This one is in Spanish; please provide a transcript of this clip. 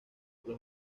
los